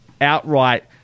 outright